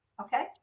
Okay